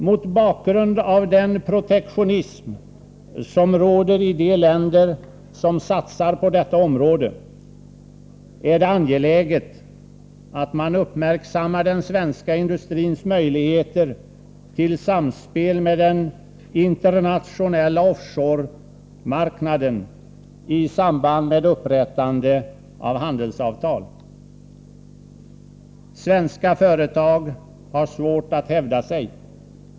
Mot bakgrund av den protektionism som råder i de länder som satsar på detta område är det angeläget att den svenska industrins möjligheter till samspel med den internationella off shore-marknaden uppmärksammas i samband med upprättande av handelsavtal. Svenska företag har svårt att hävda sig.